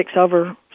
over